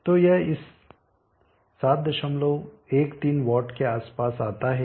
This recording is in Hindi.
तो यह इस 713W के आसपास आता है